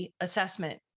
assessment